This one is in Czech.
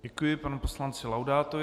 Děkuji panu poslanci Laudátovi.